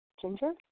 Ginger